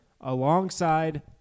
alongside